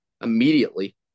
immediately